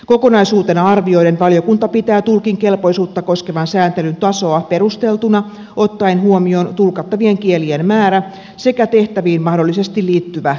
kokonaisuutena arvioiden valiokunta pitää tulkin kelpoisuutta koskevan sääntelyn tasoa perusteltuna ottaen huomioon tulkattavien kielien määrän sekä tehtäviin mahdollisesti liittyvän kiireellisyyden